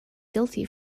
guilty